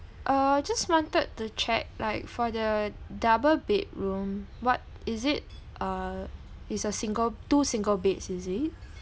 uh just wanted to check like for the double bedroom what is it uh is a single two single beds is it